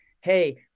Hey